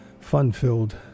fun-filled